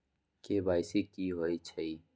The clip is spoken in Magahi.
के.वाई.सी कि होई छई?